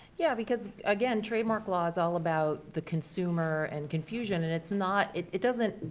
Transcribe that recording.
yeah because, again, trademark law is all about the consumer and confusion and it's not, it doesn't,